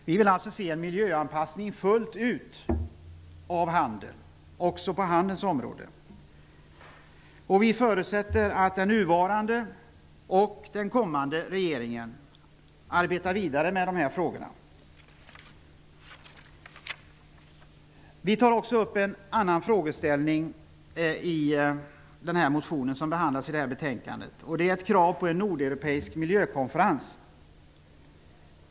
Vi vill att det görs en miljöanpassning fullt ut också på handelns område. Vi förutsätter att den nuvarande och den kommande regeringen arbetar vidare med de här frågorna. Ett annat krav i vår motion gäller en nordeuropeisk miljökonferens.